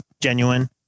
genuine